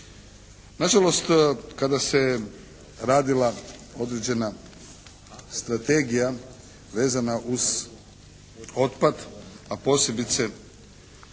Nažalost, kada se radila određena strategija vezana uz otpad a posebice